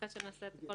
אחרי שנקרא הכול,